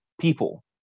people